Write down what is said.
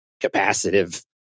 capacitive